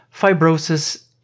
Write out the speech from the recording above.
fibrosis